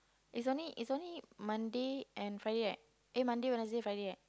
is only is only Monday and Friday right eh Monday Wednesday Friday right